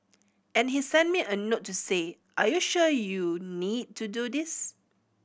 and he sent me a note to say are you sure you need to do this